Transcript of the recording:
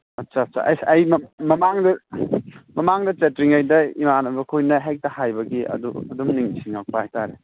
ꯑꯆꯥ ꯆꯥ ꯑꯩꯁ ꯑꯩ ꯃꯃꯥꯡꯗ ꯆꯠꯇ꯭ꯔꯤꯉꯩꯗ ꯏꯃꯥꯟꯅꯕ ꯈꯣꯏꯅ ꯍꯦꯛꯇ ꯍꯥꯏꯕꯒꯤ ꯑꯗꯨ ꯑꯗꯨꯝ ꯅꯤꯡꯁꯤꯡꯉꯛꯄ ꯍꯥꯏꯇꯥꯔꯦ